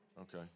Okay